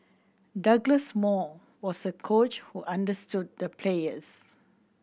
Douglas Moore was a coach who understood the players